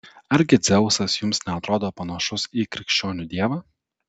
argi dzeusas jums neatrodo panašus į krikščionių dievą